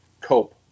cope